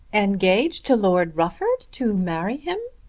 engaged to lord rufford to marry him?